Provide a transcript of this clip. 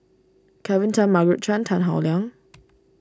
Kelvin Tan Margaret Chan Tan Howe Liang